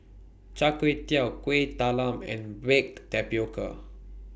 Char Kway Teow Kuih Talam and Baked Tapioca